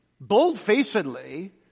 bold-facedly